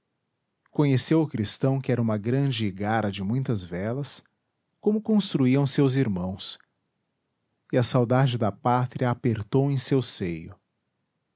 conheceu o cristão que era uma grande igara de muitas velas como construíam seus irmãos e a saudade da pátria apertou em seu seio